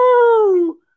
woo